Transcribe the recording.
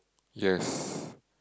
yes